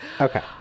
Okay